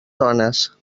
dones